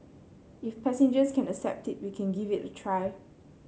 if passengers can accept it we can give it a try